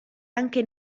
anche